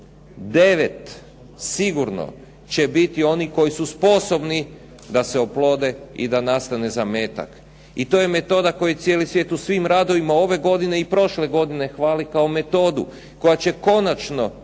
9 sigurno će biti oni koji su sposobni da se oplode i da nastane zametak i to je metoda koju cijeli svijet u svim radovima ove godine i prošle godine hvali kao metodu koja će konačno